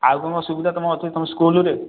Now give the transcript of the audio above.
ଆଉ କ'ଣ କ'ଣ ସୁବିଧା ତୁମ ଅଛି ତୁମ ସ୍କୁଲରେ